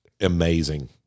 Amazing